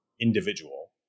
individual